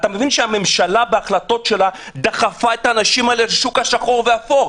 הממשלה בהחלטות שלה דחפה את האנשים שלה לשוק השחור והאפור.